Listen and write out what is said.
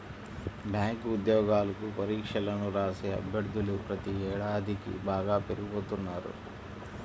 bank ఉద్యోగాలకు పరీక్షలను రాసే అభ్యర్థులు ప్రతి ఏడాదికీ బాగా పెరిగిపోతున్నారు